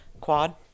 quad